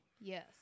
Yes